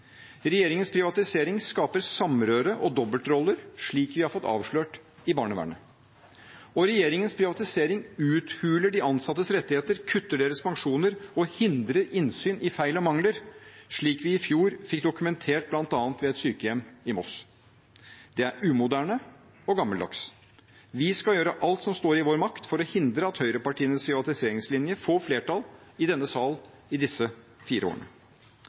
Regjeringens privatisering skaper samrøre og dobbeltroller, slik vi har fått avslørt i barnevernet. Regjeringens privatisering uthuler de ansattes rettigheter, kutter i deres pensjoner og hindrer innsyn i feil og mangler, slik vi i fjor fikk dokumentert bl.a. ved et sykehjem i Moss. Det er umoderne og gammeldags. Vi skal gjøre alt som står i vår makt for å hindre at høyrepartienes privatiseringslinje får flertall i denne sal i disse fire årene.